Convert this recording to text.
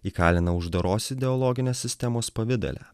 įkalina uždaros ideologinės sistemos pavidale